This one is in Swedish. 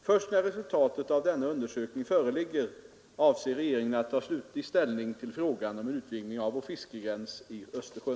Först när resultatet av denna undersökning föreligger avser regeringen att ta slutlig ställning till frågan om en utvidgning av vår fiskegräns i Östersjön